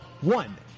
one